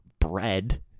bread